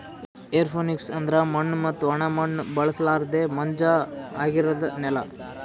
aeroponics ಅಂದುರ್ ಮಣ್ಣು ಮತ್ತ ಒಣ ಮಣ್ಣ ಬಳುಸಲರ್ದೆ ಮಂಜ ಆಗಿರದ್ ನೆಲ